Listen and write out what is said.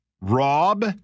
Rob